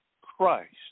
Christ